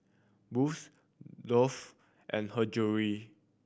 Boost Dove and Her Jewellery